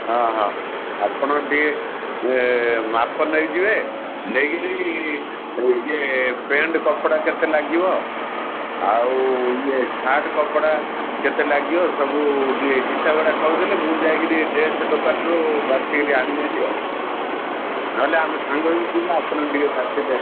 ହଁ ହଁ ଆପଣ ଟିକେ ମାପ ନେଇଯିବେ ନେଇକିରି ଇଏ ପେଣ୍ଟ କପଡ଼ା କେତେ ଲାଗିବ ଆଉ ଇଏ ସାର୍ଟ କପଡ଼ା କେତେ ଲାଗିବ ସବୁ ଟିକେ ହିସାବଡ଼ା କହିଦେଲେ ମୁଁ ଯାଇକିରି ଡ୍ରେସ ଦୋକାନରୁ ବାଛିିକିରି ଆଣିବି ହେରି ଆଉ ନହେଲେ ଆମେ ସାଙ୍ଗ ହେଇକି ଯିବା ଆପଣ ଟିକେ ବାଛିଦେବେ